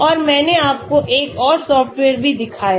और मैंने आपको एक और सॉफ्टवेयर भी दिखाया